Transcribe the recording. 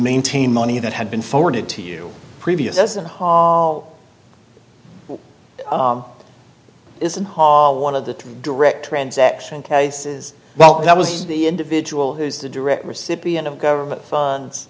maintain money that had been forwarded to you previous as a hall isn't ha one of the direct transaction cases well that was the individual who is the direct recipient of government